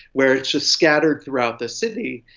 where it's just scattered throughout the city.